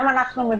גם אנחנו מבינים.